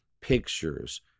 Pictures